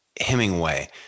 Hemingway